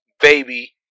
baby